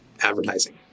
advertising